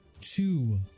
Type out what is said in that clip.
two